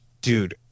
Dude